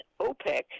OPEC